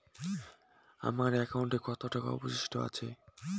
আমার একাউন্টে কত টাকা অবশিষ্ট আছে?